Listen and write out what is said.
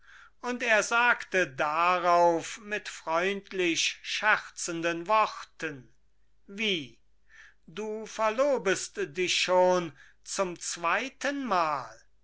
und er sagte darauf mit freundlich scherzenden worten wie du verlobest dich schon zum zweitenmal